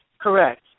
Correct